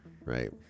right